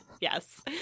Yes